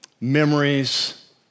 memories